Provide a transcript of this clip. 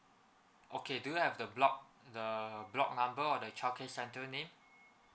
okay do you have the block the block number or the childcare center name